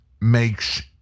makes